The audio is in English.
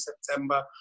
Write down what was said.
september